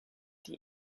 die